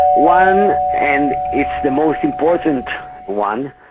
one, and it's the most important one,